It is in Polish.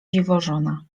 dziwożona